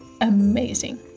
amazing